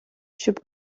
щоб